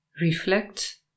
reflect